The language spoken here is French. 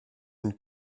une